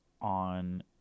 on